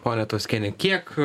ponia tvaskiene kiek